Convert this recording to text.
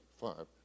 Five